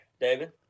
David